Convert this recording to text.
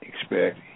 expect